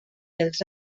els